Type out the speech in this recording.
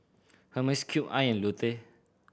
Hermes Cube I and Lotte